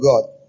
God